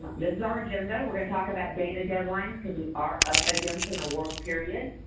um this is our agenda, we're gonna talk about data deadline cause we are up against and a warm period,